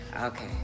Okay